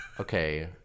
okay